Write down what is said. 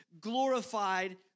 glorified